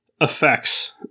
effects